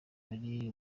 ari